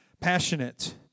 passionate